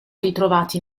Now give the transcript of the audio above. ritrovati